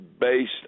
based